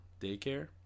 daycare